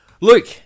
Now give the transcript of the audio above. Luke